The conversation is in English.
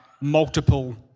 multiple